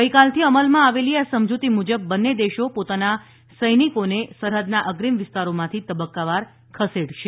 ગઈકાલથી અમલમાં આવેલી આ સમજુતી મુજબ બંને દેશો પોતાના સૈનિકો સરહદના અગ્રીમ વિસ્તારોમાંથી તબક્કાવાર ખસેડશે